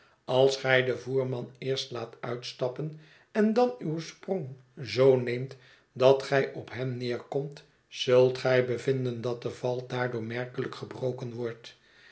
als gij den voerman eerst laat uitstappen en dan uw sprong zoo neemt dat gij op hem neerkomt zult gij bevinden dat de val daardoor merkelijk gebroken wordt